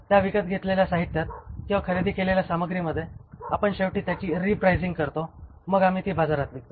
त्या विकत घेतलेल्या साहित्यात किंवा खरेदी केलेल्या सामग्रीमध्ये आपण शेवटी त्याची री प्राइसिंग करतो आणि मग आम्ही ती बाजारात विकतो